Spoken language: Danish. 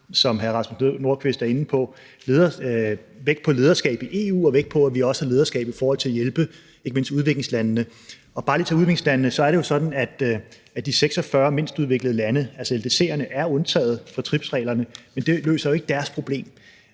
Rasmus Nordqvist er inde på, lagt vægt på lederskab i EU og vægt på, at vi også har lederskab i forhold til at hjælpe ikke mindst udviklingslandene. Med hensyn til udviklingslandene er det jo sådan, at de 46 mindst udviklede lande, altså LDC'erne, er undtaget fra TRIPS-reglerne, men det løser jo ikke deres problem